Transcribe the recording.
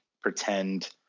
pretend